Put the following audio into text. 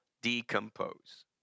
decompose